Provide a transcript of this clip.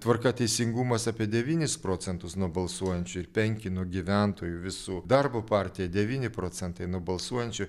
tvarka teisingumas apie devynis procentus nuo balsuojančių ir penki nuo gyventojų visų darbo partija devyni procentai nuo balsuojančių